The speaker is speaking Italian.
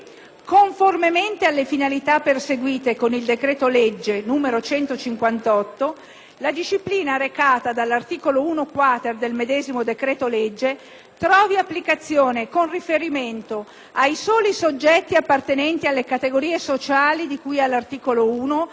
la disciplina recata dall'articolo 1-*quater* del medesimo decreto-legge trovi applicazione con riferimento ai soli soggetti appartenenti alle categorie sociali di cui all'articolo 1 del decreto-legge e alle sole situazioni determinatesi anteriormente all'entrata in vigore